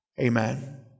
Amen